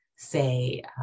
say